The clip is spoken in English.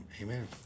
amen